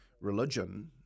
religion